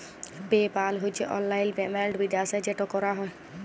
pay পাল হছে অললাইল payment বিদ্যাশে যেট ক্যরা হ্যয়